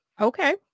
okay